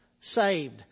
saved